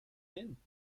hin